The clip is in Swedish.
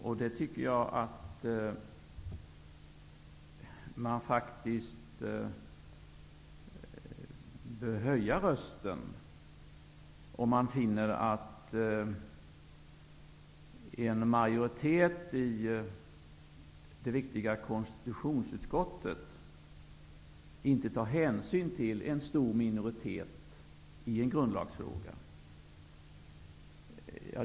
Jag tycker faktiskt att man bör höja rösten om man finner att en majoritet i det viktiga konstitutionsutskottet inte tar hänsyn till en stor minoritet i en grundlagsfråga.